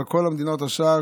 אבל מכל המדינות עכשיו,